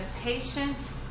patient